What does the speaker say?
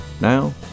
Now